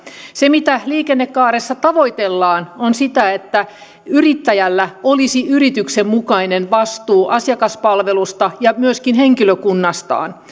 se mitä liikennekaaressa tavoitellaan on se että yrittäjällä olisi yrityksen mukainen vastuu asiakaspalvelusta ja myöskin henkilökunnastaan